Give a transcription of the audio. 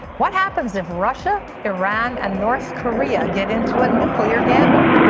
what happens if russia, iran and north korea get into a nuclear gamble?